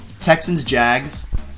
Texans-Jags